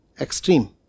extreme